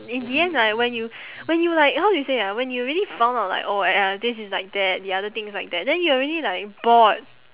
in the end like when you when you like how do you say ah when you already found out like oh uh this is like that the other thing is like that then you already like bored